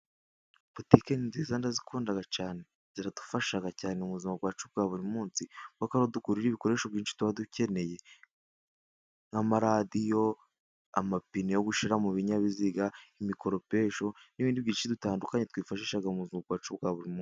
Botike ni nziza ndazikunda cyane ziradufasha cyane mu buzima bwacu bwa buri munsi, kuberako ariho tugurira ibikoresho byinshi tuba dukeneye nk'amaradiyo, amapine yo gushyira mu binyabiziga, imikoropesho n'ibindi byinshi bitandukanye, twifashisha mu buzima bwacu bwa buri munsi.